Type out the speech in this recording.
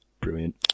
Brilliant